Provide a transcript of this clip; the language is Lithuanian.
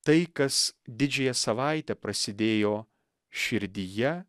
tai kas didžiąją savaitę prasidėjo širdyje